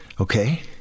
okay